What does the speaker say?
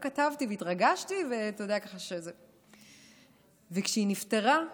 כתבתי והתרגשתי, וכשהיא נפטרה,